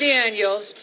Daniels